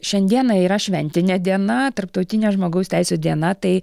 šiandieną yra šventinė diena tarptautinė žmogaus teisių diena tai